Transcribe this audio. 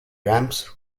ramps